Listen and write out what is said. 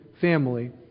family